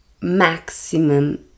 maximum